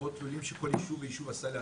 לחוות לולים שכל ישוב וישוב עשה לעצמו.